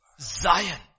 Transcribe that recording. Zion